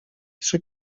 trzy